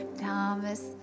Thomas